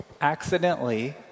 accidentally